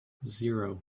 zero